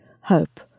hope